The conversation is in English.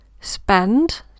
spend